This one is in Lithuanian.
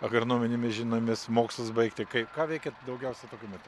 agronominėmis žinomis mokslus baigti kai ką veikiat daugiausia tokiu metu